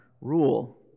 rule